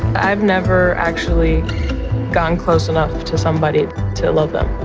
i've never actually gotten close enough to somebody to love them.